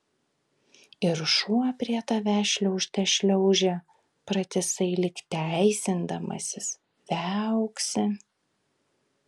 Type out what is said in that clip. ir šuo prie tavęs šliaužte šliaužia pratisai lyg teisindamasis viauksi